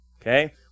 Okay